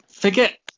Forget